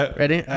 ready